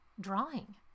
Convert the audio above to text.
drawing